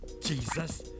jesus